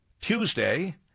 Tuesday